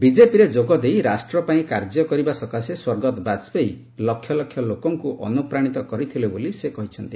ବିଜେପିରେ ଯୋଗଦେଇ ରାଷ୍ଟ୍ରପାଇଁ କାର୍ଯ୍ୟ କରିବା ସକାଶେ ସ୍ୱର୍ଗତ ବାଜପେୟୀ ଲକ୍ଷଲକ୍ଷ ଲୋକଙ୍କୁ ଅନୁପ୍ରାଣିତ କରିଥିଲେ ବୋଲି ସେ କହିଛନ୍ତି